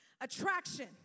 attraction